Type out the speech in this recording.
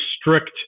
strict